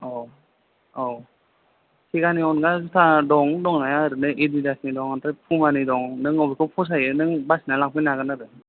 औ औ सेगानि अनगा जुथा दं दंनाया ओरैनो एडिडासनि दं आमफ्राय पुमानि दं नों अबेखौ फसायो नों बासिनानै लांफैनो हागोन आरो